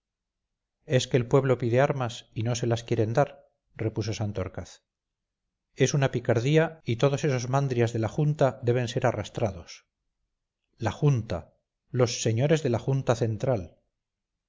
es que el pueblo pide armas y no se las quieren dar repuso santorcaz es una picardía y todos esos mandrias de la junta deben ser arrastrados la junta los señores de la junta central